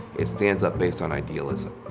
it stands up based on idealism.